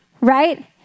right